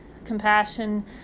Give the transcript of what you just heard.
compassion